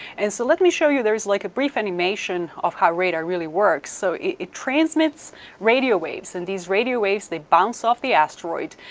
and so let me show you, there is a like a brief animation of how radar really works. so it transmits radio waves, and these radio waves, they bounce off the asteroid.